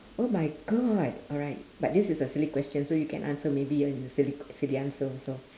oh my god alright but this is a silly question so you can answer maybe in a silly silly answer also